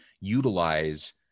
utilize